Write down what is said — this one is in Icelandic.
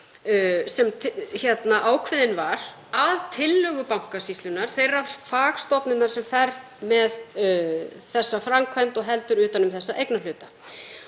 sem ákveðin var að tillögu Bankasýslunnar, þeirrar fagstofnunar sem fer með þessa framkvæmd og heldur utan um þessa eignarhluta.